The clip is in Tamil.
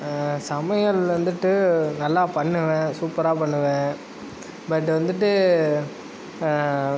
சமையல் வந்துட்டு நல்லா பண்ணுவேன் சூப்பராக பண்ணுவேன் பட் வந்துட்டு